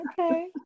Okay